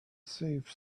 save